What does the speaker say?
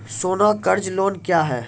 सोना कर्ज लोन क्या हैं?